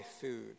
food